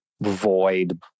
void